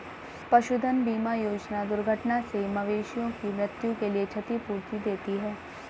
पशुधन बीमा योजना दुर्घटना से मवेशियों की मृत्यु के लिए क्षतिपूर्ति देती है